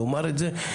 לומר את זה.